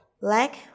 black